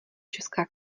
česká